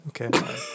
Okay